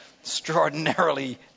extraordinarily